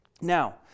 Now